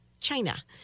China